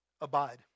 Abide